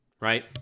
right